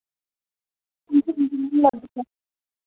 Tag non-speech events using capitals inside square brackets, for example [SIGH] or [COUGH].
[UNINTELLIGIBLE]